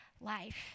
life